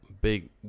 Big